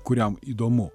kuriam įdomu